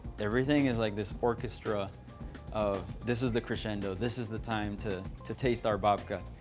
everything is like this orchestra of this is the crescendo. this is the time to to taste our babka.